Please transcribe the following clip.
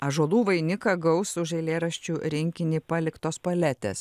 ąžuolų vainiką gaus už eilėraščių rinkinį paliktos paletės